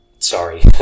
Sorry